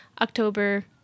October